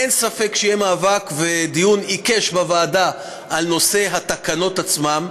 אין ספק שיהיה מאבק ודיון עיקש בוועדה בנושא התקנות עצמן.